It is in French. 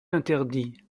interdit